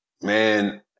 Man